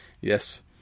Yes